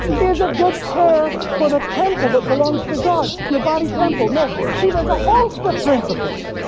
is it good care for the temple that belongs to god, your body temple. no. see there's a host of principles